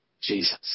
Jesus